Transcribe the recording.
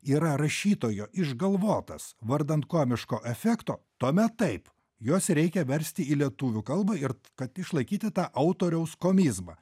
yra rašytojo išgalvotas vardan komiško efekto tuomet taip juos reikia versti į lietuvių kalbą ir kad išlaikyti tą autoriaus komizmą